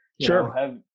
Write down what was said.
sure